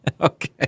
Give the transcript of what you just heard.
Okay